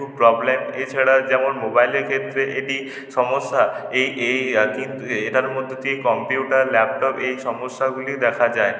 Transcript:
খুব প্রবলেম এছাড়া যেমন মোবাইলের ক্ষেত্রে এটি সমস্যা এই এই আর কিন্তু এটার মধ্য দিয়ে কম্পিউটর ল্যাপটপ এই সমস্যাগুলি দেখা যায়